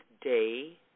day